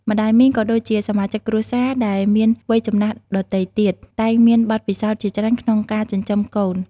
ម្ដាយមីង ក៏ដូចជាសមាជិកគ្រួសារដែលមានវ័យចំណាស់ដទៃទៀត តែងមានបទពិសោធន៍ជាច្រើនក្នុងការចិញ្ចឹមកូន។